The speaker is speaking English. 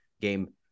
game